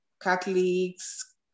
Catholics